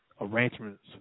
arrangements